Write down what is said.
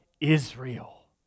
Israel